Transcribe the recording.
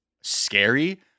scary